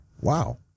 Wow